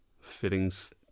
fittings